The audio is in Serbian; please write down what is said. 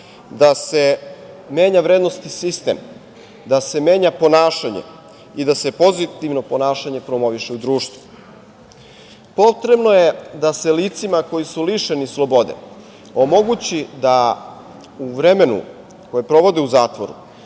da se menja vrednosni sistem, da se menja ponašanje i da se pozitivno ponašanje promoviše u društvu. Potrebno je da se licima koja su lišena slobode omogući da se u vremenu koje provode u zatvoru